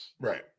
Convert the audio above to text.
Right